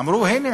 אמרו: הנה,